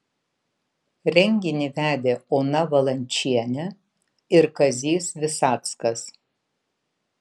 renginį vedė ona valančienė ir kazys visackas